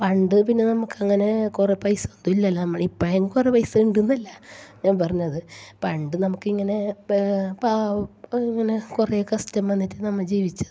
പണ്ട് പിന്നെ നമുക്ക് അങ്ങനെ കുറേ പൈസ ഒന്നും ഇല്ലല്ലോ നമ്മൾ ഇപ്പം ആങ്കും കുറേ പൈസ ഉണ്ട് എന്നല്ല ഞാന് പറഞ്ഞത് പണ്ട് നമുക്ക് ഇങ്ങനെ പാവം അങ്ങനെ കുറേ കഷ്ടം വന്നിട്ട് നമ്മൾ ജീവിച്ചത്